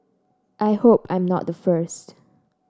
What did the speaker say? I hope I'm not the first